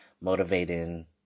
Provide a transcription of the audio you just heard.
motivating